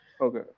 okay